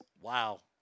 Wow